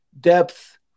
Depth